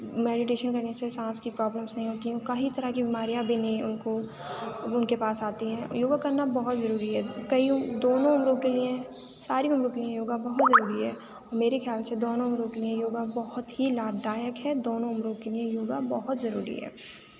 meditation کرنے سے سانس کی پرابلمس نہیں ہوتی کہیں طرح کی بیماریاں بھی نہیں ان کو ان کے پاس آتی ہیں یوگا کرنا بہت ضروری ہے کئیو دونوں لوگوں کے لیے ساری عمر کے لیے یوگا بہت ضروری ہے میرے خیال سے دونوں عمروں کے لیے یوگا بہت ہی لابھدایک ہے دونوں عمروں کے لیے یوگا بہت ضروری ہے